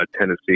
Tennessee